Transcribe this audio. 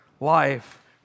life